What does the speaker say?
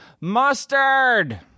Mustard